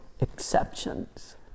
exceptions